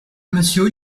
monsieur